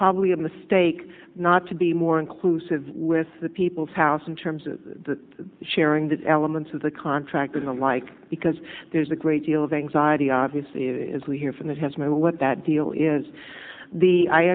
probably a mistake not to be more inclusive with the people's house in terms of the sharing that elements of the contract and the like because there's a great deal of anxiety obviously as we hear from that has my what that deal is the i